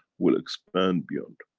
will expand beyond.